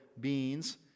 beings